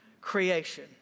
creation